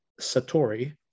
satori